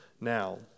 Now